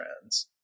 trends